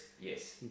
Yes